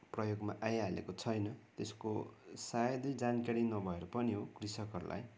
प्रयोगमा आइहालेको छैन त्यसको सायदै जानकारी नभएर पनि हो कृषकहरूलाई